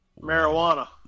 Marijuana